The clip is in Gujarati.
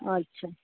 અચ્છા